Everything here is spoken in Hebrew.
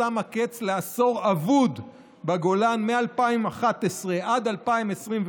ושמה קץ לעשור אבוד בגולן מ-2011 עד 2021,